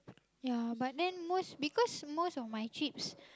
ya but then most because most of my trips